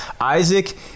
Isaac